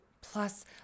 plus